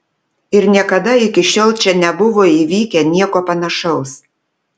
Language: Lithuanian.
ir niekada iki šiol čia nebuvo įvykę nieko panašaus